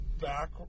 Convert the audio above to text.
back